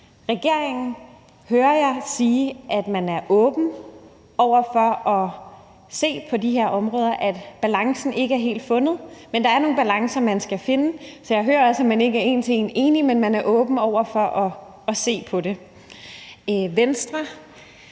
regeringen sige, at man er åben over for at se på de her områder, at balancen ikke er helt fundet, men at der er nogle balancer, man skal finde; så jeg hører også, at man ikke er enige en til en, men at man er åben over for at se på det. Vi ved